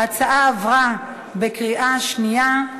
ההצעה עברה בקריאה שנייה.